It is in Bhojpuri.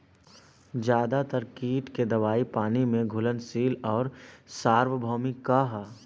ज्यादातर कीट के दवाई पानी में घुलनशील आउर सार्वभौमिक ह?